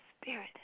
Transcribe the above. spirit